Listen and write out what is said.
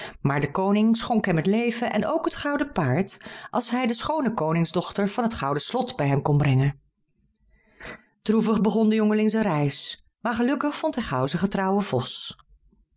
maar de koning schonk hem het leven en ook het gouden paard als hij de schoone koningsdochter van het gouden slot bij hem kon brengen droevig begon de jongeling zijn reis maar gelukkig vond hij gauw zijn getrouwen vos